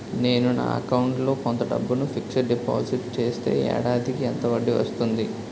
నేను నా అకౌంట్ లో కొంత డబ్బును ఫిక్సడ్ డెపోసిట్ చేస్తే ఏడాదికి ఎంత వడ్డీ వస్తుంది?